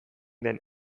den